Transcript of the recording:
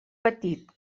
petit